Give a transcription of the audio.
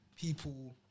people